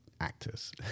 actors